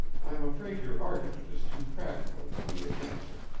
i'm afraid your argument is too practical for me to answer,